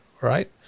right